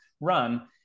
run